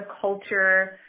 culture